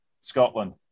Scotland